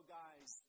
guys